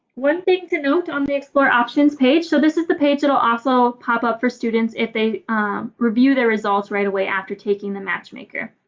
one thing to note on the explore options page, so this is the page that'll also pop up for students if they review their results right away after taking the matchmaker.